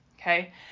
Okay